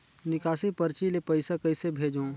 निकासी परची ले पईसा कइसे भेजों?